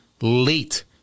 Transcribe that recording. Late